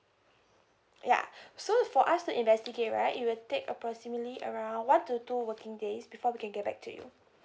ya so for us to investigate right it will take approximately around one to two working days before we can get back to you